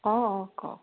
অঁ অঁ কওক